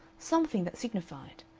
something that signified.